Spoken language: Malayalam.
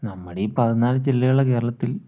നമ്മുടെ ഈ പതിനാല് ജില്ലയുള്ള കേരളത്തിൽ